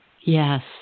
yes